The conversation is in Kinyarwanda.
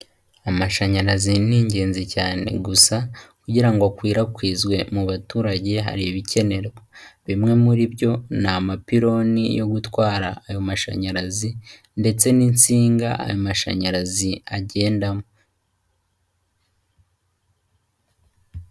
Amashanyarazi ni ingenzi cyane, gusa kugira ngo akwirakwizwe mu baturage hari ibikenerwa, bimwe muri byo ni amapiloni yo gutwara ayo mashanyarazi ndetse n'insinga ayo mashanyarazi agendamo.